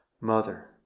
mother